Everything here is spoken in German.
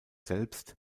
selbst